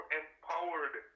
empowered